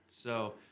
So-